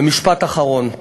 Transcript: ומשפט אחרון.